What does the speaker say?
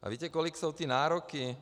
A víte, kolik jsou ty nároky?